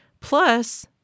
Plus